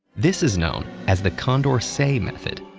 this is known as the condorcet method.